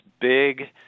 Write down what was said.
big